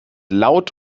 laut